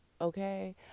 okay